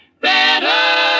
better